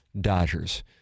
Dodgers